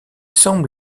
semblent